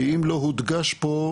כי אם לא הודגש פה,